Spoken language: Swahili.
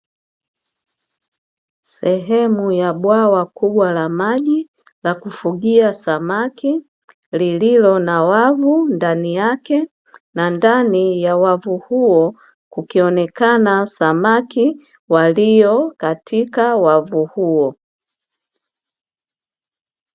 Sehemu ya bwawa kubwa la maji la kufugia samaki, lililo na wavu ndani yake, na ndani ya wavu huo kukionekana samaki walio katika wavu huo.